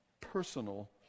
personal